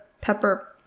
pepper